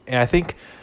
and I think